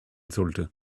sollte